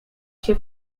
się